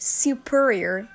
superior